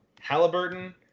Halliburton